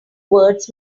words